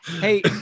Hey